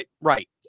Right